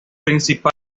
principal